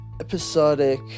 episodic